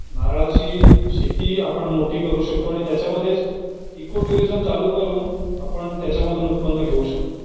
नारळाची शेती आपण मोठी करू शकतो आणि त्याच्यामध्येच इको ट्युरिजम चालू करून आपण त्याच्यामधून उत्पन्न घेऊ शकतो